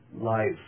life